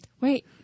Wait